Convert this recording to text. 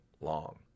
long